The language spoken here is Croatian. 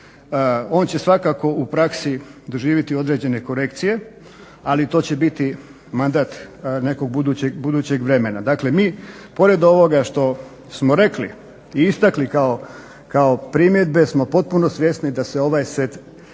On će svakako u praksi doživjeti određene korekcije ali to će biti mandat nekog budućeg vremena. Dakle, mi pored ovoga što smo rekli i istakli kao primjedbe smo potpuno svjesni da se ovaj set propisa